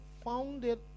founded